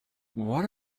what